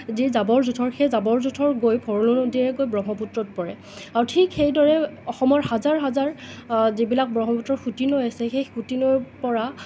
যি জাবৰ জোঠৰ সেই জাবৰ জোঠৰ গৈ ভৰলু নদীয়ে গৈ ব্ৰহ্মপুত্ৰত পৰে আৰু ঠিক সেইদৰে অসমৰ হাজাৰ হাজাৰ যিবিলাক ব্ৰহ্মপুত্ৰৰ সূঁতি নৈৰ আছে সেই সূতি নৈ পৰা